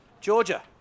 Georgia